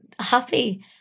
happy